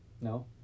No